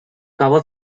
cover